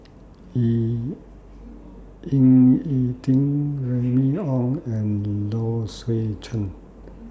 Ying E Ding Remy Ong and Low Swee Chen